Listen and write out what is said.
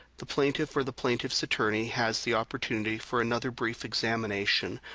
the plaintiff or the plaintiff's attorney has the opportunity for another brief examination,